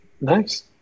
Nice